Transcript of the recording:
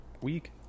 week